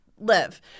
live